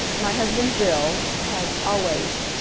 my husband bill has always